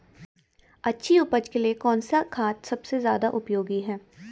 अच्छी उपज के लिए कौन सा खाद सबसे ज़्यादा उपयोगी है?